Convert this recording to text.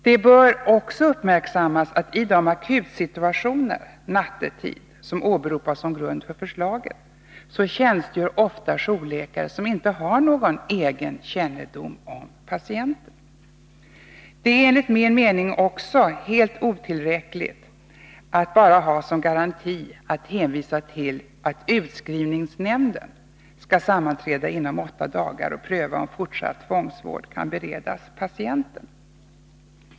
Det bör också uppmärksammas att i de akutsituationer nattetid som åberopas som grund för förslaget tjänstgör ofta jourläkare som saknar egen kännedom om patienten. Detär, enligt min mening, en helt otillräcklig garanti att hänvisa till att den s.k. utskrivningsnämnden skall sammanträda inom åtta dagar och pröva om fortsatt tvångsvård kan beredas patienten.